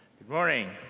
good morning.